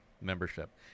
membership